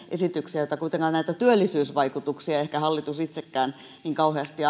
esityksiä joiden työllisyysvaikutuksia ehkä hallitus itsekään ei niin kauheasti